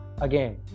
again